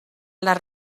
les